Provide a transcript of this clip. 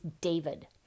David